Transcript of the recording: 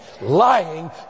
lying